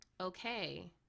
Okay